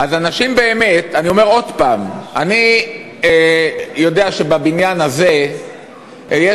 אני אומר עוד הפעם: אני יודע שבבניין הזה יש